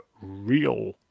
real